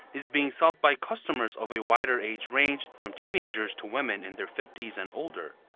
is being sought by customers of a wider age range. from teenagers to women in their fifties and older.